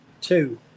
Two